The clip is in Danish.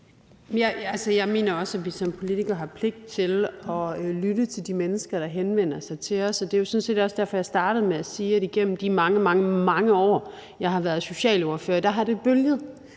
Jeg mener også, at vi som politikere har pligt til at lytte til de mennesker, der henvender sig til os. Det var jo sådan set også derfor, jeg startede med at sige, at det igennem de mange, mange år, jeg har været socialordfører, har bølget;